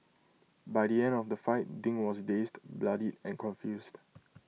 by the end of the fight ding was dazed bloodied and confused